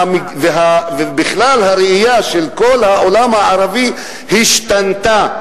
ובכלל הראייה של כל העולם הערבי השתנתה,